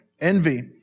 Envy